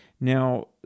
Now